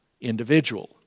individual